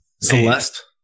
Celeste